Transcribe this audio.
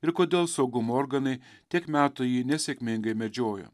ir kodėl saugumo organai tiek metų jį nesėkmingai medžiojo